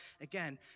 again